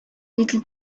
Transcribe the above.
little